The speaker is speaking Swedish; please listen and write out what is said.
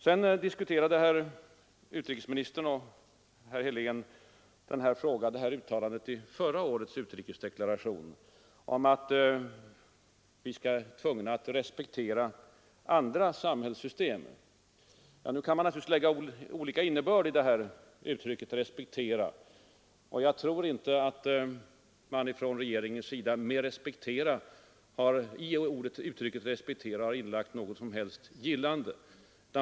Sedan diskuterade utrikesministern och herr Helén uttalandet i förra årets utrikesdeklaration om att vi är tvungna att respektera andra samhällssystem. Nu kan man naturligtvis lägga olika innebörd i uttrycket respektera, och jag tror inte att regeringen i uttrycket respektera har inlagt något som helst gillande.